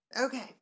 okay